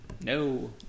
No